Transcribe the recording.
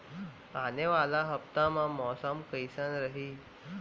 आने वाला हफ्ता मा मौसम कइसना रही?